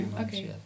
okay